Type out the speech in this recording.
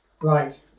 Right